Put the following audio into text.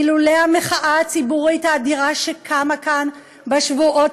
אילולא המחאה הציבורית האדירה שקמה כאן בשבועות